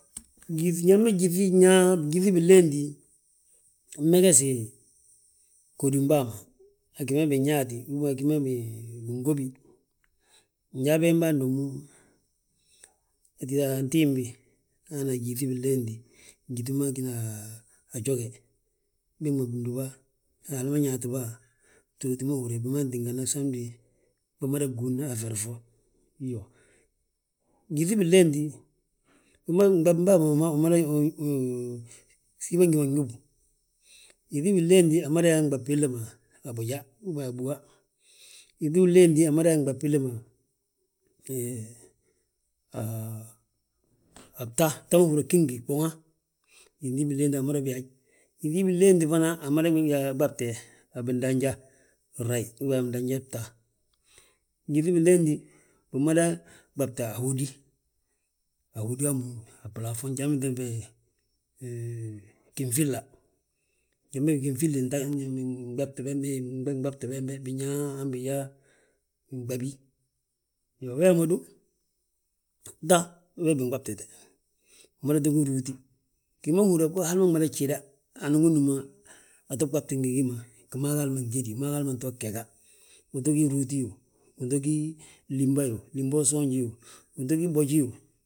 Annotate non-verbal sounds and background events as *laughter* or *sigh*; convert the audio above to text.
Njali ma gyíŧi nyaa, gyíŧi binléenti. Binmegesi ghódim bàa ma agi ma binyaati, uben agi ma bingóbi. Nyaa be handommu, tita antimbi hana gyíŧi binléenti, gyíŧi ma gina a joge, bég ma bindúba. Haala ñaati bà btooti ma húrin yaa, bima tíngana samindi bimada gúudna a feri fo. Iyoo, gyíŧi binléenti, nɓab bàa ma siifan gi ma gñóbu, Gyíŧi binléenti, amada yaa nɓab billi ma, a boja uben a búwa. Yíŧi uléenti amada yaa nɓab billi ma. Hee, *hesitation* a bta, bta húri yaa gí ngi bwuŋa, yíŧi binléenti amada byaa haj. Yíŧi binléenti fana amada gi ngi a ɓabte a bindanja grayi uben a bindanja bta. Gyíŧi binléenti, bimada ɓabte a hódi, hódi hammu, a balafoŋ, njan bembege *hesitation* ginfilla. Njali ma ginfilli bembege, nɓabti bembe, binyaa, han binyaa nɓabi. Iyoo, wemma ndu, ta wee binɓabtite, umada to gí rúuti, gi ma húri yaa go hali ma mada gjeda, anan wi núm ato ɓabti ngi gi ma; Gi maa gi hali ma njedi, ngi maa gi hal ma nto gega, uto gí rúuti yoo, uto gí límba yoo, límba usoonji yoo, uto gí boji yoo.